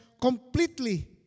completely